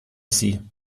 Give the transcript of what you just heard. sie